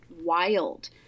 wild